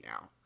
now